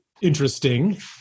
interesting